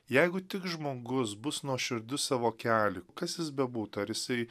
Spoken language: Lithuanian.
jeigu tik žmogus bus nuoširdus savo keliu kas jis bebūtų ar jisai